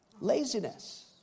laziness